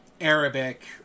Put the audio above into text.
Arabic